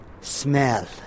smell